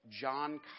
John